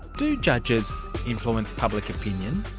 do judges influence public opinion?